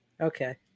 Okay